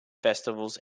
festivals